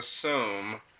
assume